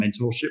mentorship